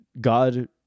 God